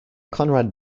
conrad